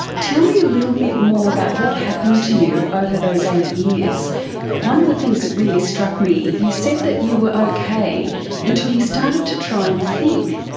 tell me a little bit more about what happened to you over those eight years. one of the things that really struck me, you said that you were okay until you started to try and think.